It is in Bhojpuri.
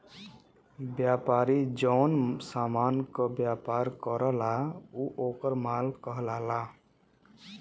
व्यापारी जौन समान क व्यापार करला उ वोकर माल कहलाला